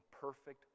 perfect